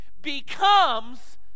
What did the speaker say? becomes